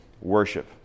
worship